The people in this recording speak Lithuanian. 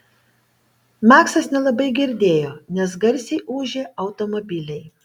maksas nelabai girdėjo nes garsiai ūžė automobiliai